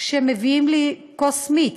כשמביאים לי כוס מיץ?